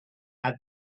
add